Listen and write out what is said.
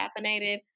caffeinated